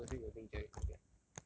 I honestly don't think jerry will get